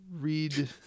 read